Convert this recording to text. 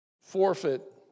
forfeit